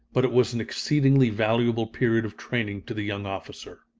but it was an exceedingly valuable period of training to the young officer.